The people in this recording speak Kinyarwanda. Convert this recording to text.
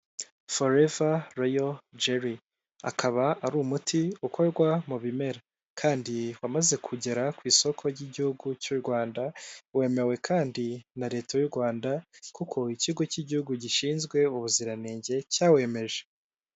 Foreva loyo jeli, akaba ari umuti ukorwa mu bimera kandi wamaze kugera ku isoko ry'igihugu cy'u Rwanda, wemewe kandi na leta y'u Rwanda, kuko ikigo cy'igihugu gishinzwe ubuziranenge cyawemeje.